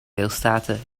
resultaten